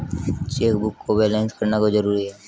Chequebook को balance करना क्यों जरूरी है?